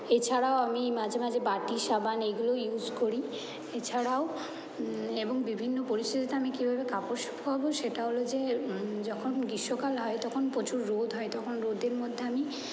এছাড়াও আমি মাঝে মাঝে বাটি সাবান এইগুলো ইউজ করি এছাড়াও এবং বিভিন্ন পরিস্থিতিতে আমি কীভাবে কাপড় শুকাবো সেটা হল যে যখন গীষ্মকাল হয় তখন প্রচুর রোদ হয় তখন রোদের মধ্যে আমি